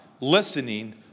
listening